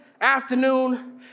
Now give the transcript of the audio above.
afternoon